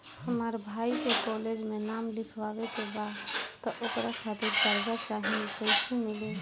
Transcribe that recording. हमरा भाई के कॉलेज मे नाम लिखावे के बा त ओकरा खातिर कर्जा चाही कैसे मिली?